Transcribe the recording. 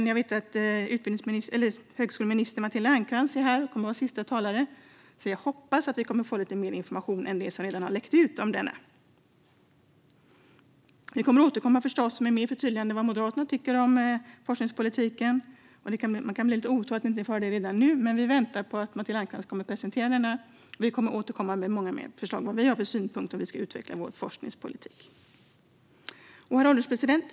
Jag vet dock att högskoleminister Matilda Ernkrans är här som sista talare, så jag hoppas att vi kommer att få lite mer information om propositionen än den som redan har läckt ut. Vi kommer förstås att återkomma med fler förtydliganden av vad Moderaterna tycker om forskningspolitiken. Man kan bli lite otålig när man inte få höra det redan nu, men vi väntar på att Matilda Ernkrans ska presentera propositionen. Vi kommer att återkomma med många fler förslag och synpunkter på hur Sverige kan utveckla sin forskningspolitik. Herr ålderspresident!